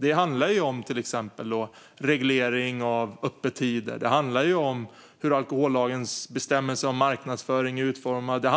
Det handlar till exempel om reglering av öppettider, om hur alkohollagens bestämmelser om marknadsföring är utformade,